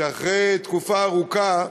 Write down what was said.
שאחרי תקופה ארוכה,